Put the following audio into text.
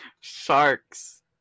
Sharks